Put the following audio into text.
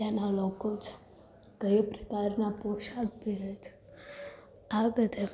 ત્યાંનાં લોકો છે કઈ પ્રકારના પોશાક પહેરે છે આ બધે